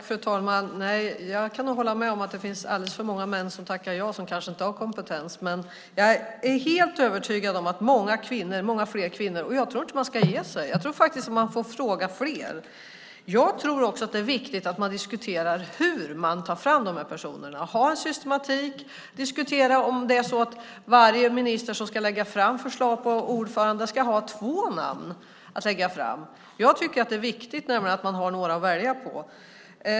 Fru talman! Nej, jag kan nog hålla med om att det finns alldeles för många män som tackar ja som kanske inte har kompetens. Jag är helt övertygad om att det finns många fler kvinnor. Jag tror inte att man ska ge sig. Jag tror att man ska fråga fler. Jag tror också att det är viktigt att man diskuterar hur man tar fram de här personerna och har en systematik och diskuterar om varje minister som ska lägga fram förslag på ordförande ska ha två namn att lägga fram. Jag tycker nämligen att det är viktigt att man har några att välja på.